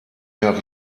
jahre